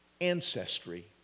ancestry